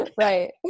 Right